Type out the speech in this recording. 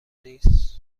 نیست